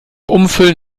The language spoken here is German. umfüllen